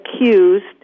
accused